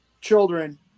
children